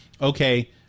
okay